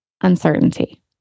uncertainty